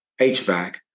HVAC